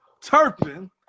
Turpin